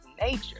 nature